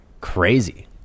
crazy